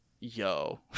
yo